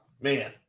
Man